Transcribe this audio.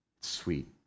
Sweet